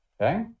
Okay